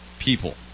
people